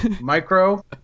Micro